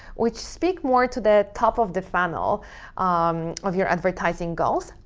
which speak more to the top of the funnel um of your advertising goals,